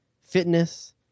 fitness